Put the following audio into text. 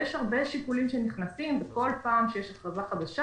יש הרבה שיקולים שנכנסים וכל פעם שיש הכרזה חדשה